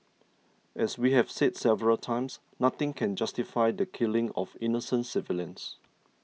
as we have said several times nothing can justify the killing of innocent civilians